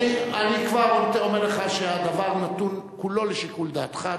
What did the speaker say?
אני כבר אומר לך שהדבר נתון כולו לשיקול דעתך.